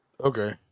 okay